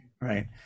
Right